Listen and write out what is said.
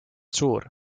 suur